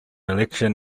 election